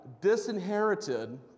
disinherited